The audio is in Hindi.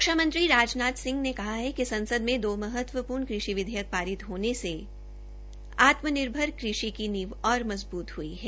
रक्षा मंत्री राजनाथ सिंह ने कहा है कि संसद में दो महत्वपूर्ण कृषि विधेयक पारित होने से आत्मनिर्भर कृषि की नींव और मजबूत हई है